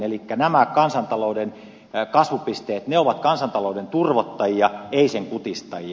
eli nämä kansantalouden kasvupisteet ovat kansantalouden turvottajia eivät sen kutistajia